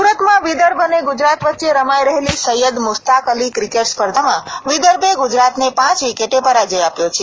સુરતમાં વિદર્ભ અને ગુજરાત વચ્ચે રમાઈ રહેલી સૈયદ મુસ્તાક અલી ક્રિકેટ સ્પર્ધામાં વિદર્ભે ગ્રજરાતને પાંચ વિકેટે પરાજ્ય આપ્યો છે